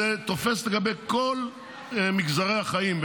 זה תופס לגבי כל מגזרי החיים,